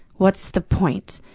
what's the point?